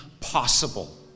possible